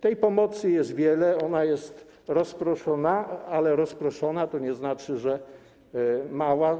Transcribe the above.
Tej pomocy jest wiele, ona jest rozproszona, ale rozproszona to nie znaczy, że mała.